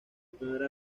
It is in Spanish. primera